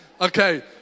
okay